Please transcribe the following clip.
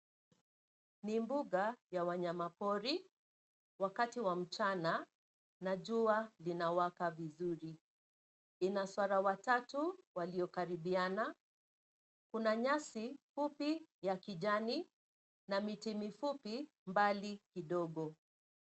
Ni mbuga ya wanyama pori, wakati wa mchana, na jua linawaka vizuri. Ina swara watatu waliokaribiana. Kuna nyasi fupi ya kijani, na miti mifupi mbali kidogo.